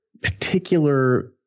Particular